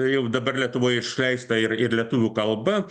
jau dabar lietuvoje išleista ir ir lietuvių kalba